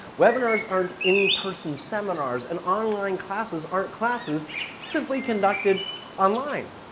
webinars aren't in-person seminars, and online classes aren't classes simply conducted online.